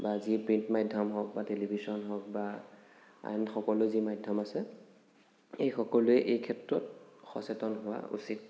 বা যি প্ৰিণ্ট মাধ্য়ম হওক বা টেলিভিশ্বন হওক বা আন সকলো যি মাধ্য়ম আছে সেই সকলোৱে এই ক্ষেত্ৰত সচেতন হোৱা উচিত